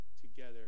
together